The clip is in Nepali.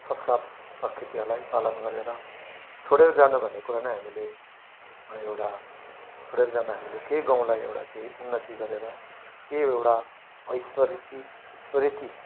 संस्कार संस्कृतिहरूलाई पालन गरेर छोडेर जानु भनेको कुरा नै हामीले एउटा छोडेर जाँदा हामीले केही गाउँलाई एउटा केही उन्नति गरेर केही एउटा ऐस्मृति स्मृति